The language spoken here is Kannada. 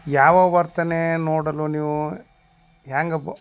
ಯಾವ ವರ್ತನೆ ನೋಡಲು ನೀವು ಹ್ಯಾಂಗೆ ಬ